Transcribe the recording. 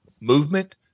movement